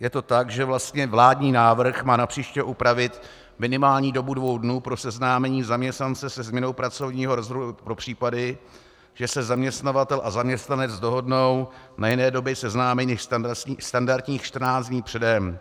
Je to tak, že vlastně vládní návrh má napříště upravit minimální dobu dvou dnů pro seznámení zaměstnance se změnou pracovního rozvrhu pro případy, že se zaměstnavatel a zaměstnanec dohodnou na jiné době seznámení než standardních 14 dní předem...